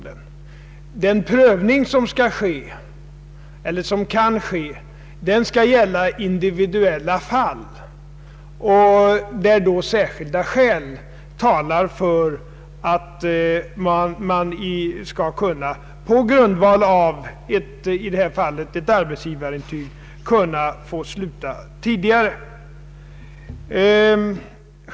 Den prövning som kan ske skall gälla individuella fall, där då särskilda skäl talar för att man på grundval av — i detta fall — ett arbetsgivarintyg skall kunna få sluta tidigare.